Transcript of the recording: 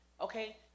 Okay